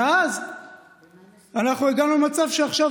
ואז אנחנו הגענו למצב שעכשיו,